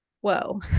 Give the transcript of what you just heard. whoa